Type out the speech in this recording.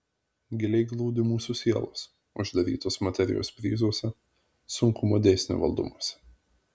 giliai glūdi mūsų sielos uždarytos materijos bryzuose sunkumo dėsnio valdomuose